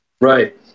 Right